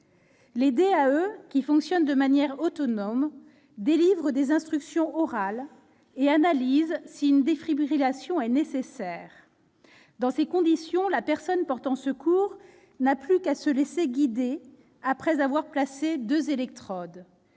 Les DAE, qui fonctionnent de manière autonome, délivrent des instructions orales et analysent si une défibrillation est nécessaire. Dans ces conditions, la personne portant secours n'a plus qu'à se laisser guider après avoir placé deux électrodes.